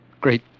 Great